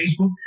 Facebook